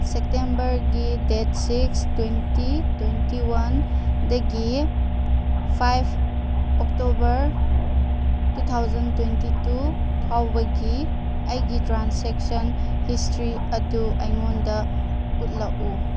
ꯁꯦꯞꯇꯦꯝꯕꯔꯒꯤ date six twenty twenty one ꯗꯒꯤ five October two thousand twenty two ꯐꯥꯎꯕꯒꯤ ꯑꯩꯒꯤ ꯇ꯭ꯔꯥꯟꯁꯦꯛꯁꯟ ꯍꯤꯁꯇ꯭ꯔꯤ ꯑꯗꯨ ꯑꯩꯉꯣꯟꯗ ꯎꯠꯂꯛꯎ